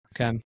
Okay